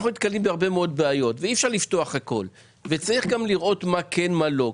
אי אפשר לפתוח הכל, צריך לראות מה כן ומה לא.